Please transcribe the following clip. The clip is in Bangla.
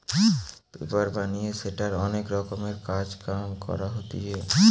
পেপার বানিয়ে সেটার অনেক রকমের কাজ কাম করা হতিছে